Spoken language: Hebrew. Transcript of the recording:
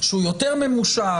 שהוא יותר ממושך,